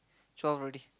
twelve already